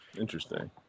Interesting